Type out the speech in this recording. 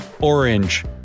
orange